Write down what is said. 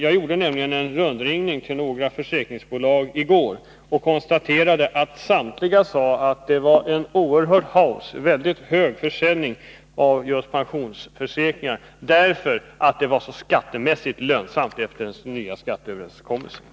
Jag gjorde en rundringning till några försäkringsbolag i går, och samtliga sade att man hade en väldig hausse i försäljningen av just pensionsförsäkringar på grund av att det efter den nya skatteöverenskommelsen var så skattemässigt lönsamt med sådana försäkringar.